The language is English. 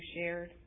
shared